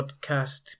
podcast